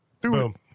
Boom